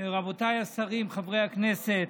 רבותיי השרים, חברי הכנסת,